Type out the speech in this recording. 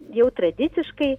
jau tradiciškai